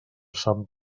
sant